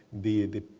the.